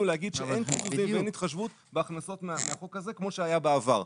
להגיד שאין התחשבות בהכנסות מהחוק הזה כמו שהיה בעבר.